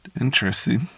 interesting